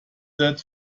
set